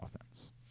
offense